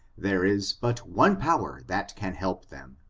there is but one power that can help them,